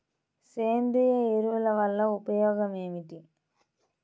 సేంద్రీయ ఎరువుల వల్ల ఉపయోగమేమిటీ?